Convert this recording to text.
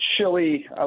chili